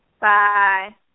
Bye